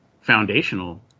foundational